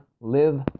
Live